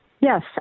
Yes